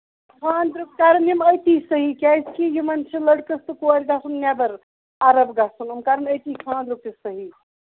خاندرُک کَرن یِم أتی صحیح کیازِ کہِ یِمن چھُ لڑکَس تہِ کورِ گژھُن نیٚبر عرب گژھُن یِم کرن أتی خاندرُک تہِ صحیح